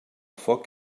foc